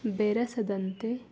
ಬೆರಸದಂತೆ